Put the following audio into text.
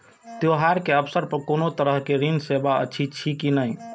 त्योहार के अवसर पर कोनो तरहक ऋण सेवा अछि कि नहिं?